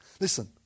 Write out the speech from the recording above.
Listen